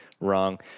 wrong